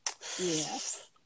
Yes